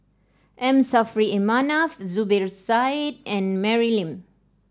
M Saffri A Manaf Zubir Said and Mary Lim